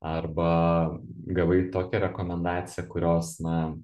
arba gavai tokią rekomendaciją kurios na